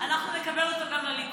אנחנו נקבל אותו גם לליכוד.